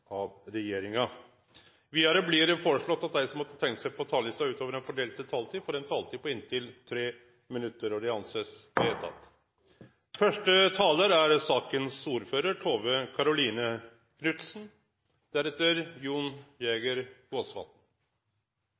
av regjeringa innanfor den fordelte taletida. Vidare blir det foreslått at dei som måtte teikne seg på talerlista utover den fordelte taletida, får ei taletid på inntil 3 minutt. – Det er